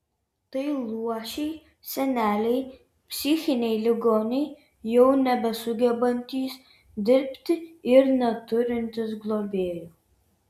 tai luošiai seneliai psichiniai ligoniai jau nebesugebantys dirbti ir neturintys globėjų